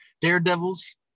Daredevils